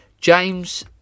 James